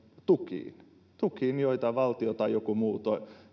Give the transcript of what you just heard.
tukiin tukiin joita valtio tai joku muu